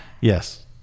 Yes